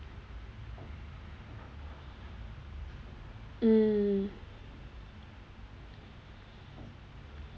mm